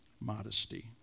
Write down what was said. modesty